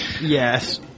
Yes